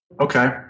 Okay